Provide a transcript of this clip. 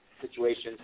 situations